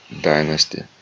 dynasty